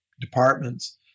departments